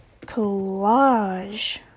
Collage